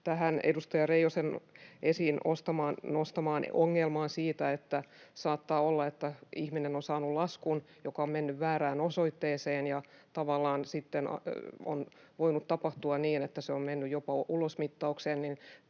Tähän edustaja Reijosen esiin nostamaan ongelmaan siitä, että saattaa olla, että ihminen on saanut laskun, joka on mennyt väärään osoitteeseen, ja tavallaan sitten on voinut tapahtua niin, että se on mennyt jopa ulosmittaukseen: